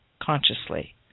consciously